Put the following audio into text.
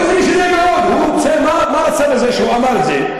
לא, זה משנה מאוד, מה רצה בזה שהוא אמר את זה?